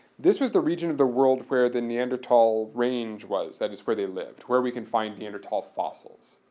this was the region of the world where the neanderthal range was. that is where they lived, where we can find neanderthal fossils.